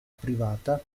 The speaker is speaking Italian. privata